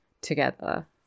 together